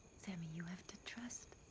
sammy, you have to trust.